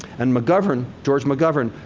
and mcgovern, george mcgovern,